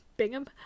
Bingham